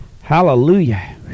Hallelujah